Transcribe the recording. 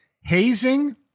hazing